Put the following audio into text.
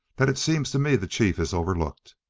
that it seems to me the chief has overlooked.